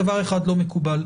דבר אחד לא מקובל,